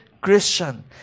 Christian